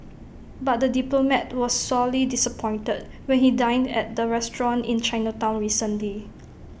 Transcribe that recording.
but the diplomat was sorely disappointed when he dined at the restaurant in Chinatown recently